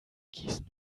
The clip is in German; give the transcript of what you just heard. gießen